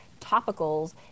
topicals